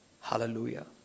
Hallelujah